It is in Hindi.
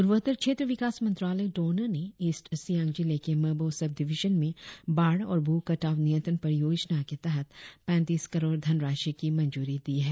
पूर्वोत्तर क्षेत्र विकास मंत्रालय डोनर ने ईस्ट सियांग जिले के मेबो सब डिविजन में बाढ़ और भू कटाव नियंत्रण परियोजना के तहत पैतीस करोड़ धनराशी की मंजूरी दी है